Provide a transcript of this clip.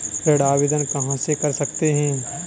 ऋण आवेदन कहां से कर सकते हैं?